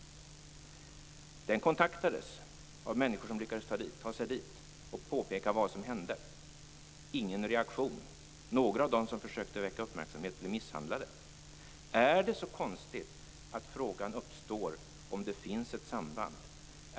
Den kontaktades av människor som lyckades ta sig dit och påpeka vad som hände. Det blev ingen reaktion. Några av dem som försökte väcka uppmärksamhet blev misshandlade. Är det så konstigt att frågan om det finns ett samband uppstår?